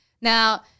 Now